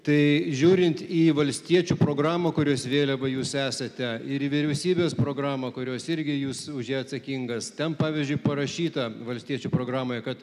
tai žiūrint į valstiečių programą kurios vėliava jūs esate ir į vyriausybės programą kurios irgi jūs už ją atsakingas ten pavyzdžiui parašyta valstiečių programoje kad